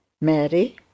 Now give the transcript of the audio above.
Mary